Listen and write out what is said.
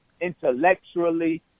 intellectually